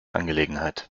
angelegenheit